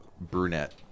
brunette